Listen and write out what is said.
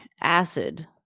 acid